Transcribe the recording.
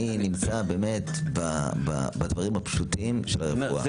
אני נמצא באמת בדברים הפשוטים של הרפואה.